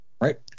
Right